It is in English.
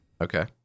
Okay